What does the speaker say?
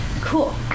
Cool